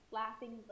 laughing